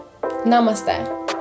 Namaste